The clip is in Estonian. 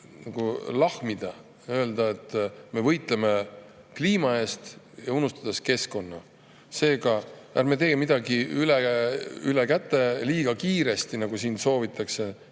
mõtet lahmida ja öelda, et me võitleme kliima eest, unustades keskkonna. Seega ärme teeme midagi üle[jala] ja liiga kiiresti, nagu siin soovitakse.